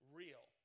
real